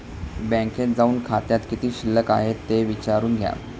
बँकेत जाऊन खात्यात किती शिल्लक आहे ते विचारून घ्या